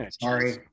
Sorry